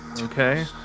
Okay